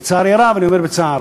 לצערי הרב, אני אומר בצער,